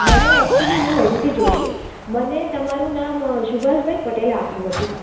મને એકચ્યુલી હું નૈઋતી જોશી મને તમારું નામ સુભાષભાઈ પટેલે આપ્યું હતું